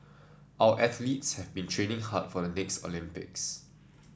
our athletes have been training hard for the next Olympics